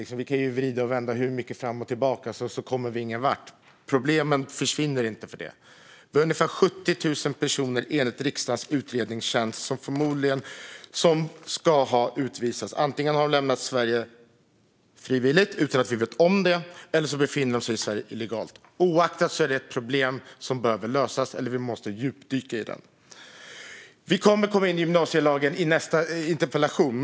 Vi kan vrida och vända hur mycket som helst på det fram och tillbaka, men på det sättet kommer vi ingenvart. Problemen försvinner inte för det. Vi har enligt riksdagens utredningstjänst ungefär 70 000 personer som skulle ha utvisats. Antingen har de lämnat Sverige frivilligt utan att vi vet om det eller så befinner de sig i Sverige illegalt. Oavsett vilket är det ett problem som behöver lösas. Vi måste djupdyka i det. Vi kommer att komma in på gymnasielagen i nästa interpellationsdebatt.